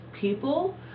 people